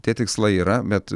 tie tikslai yra bet